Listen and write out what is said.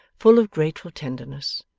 full of grateful tenderness,